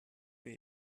für